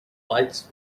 lights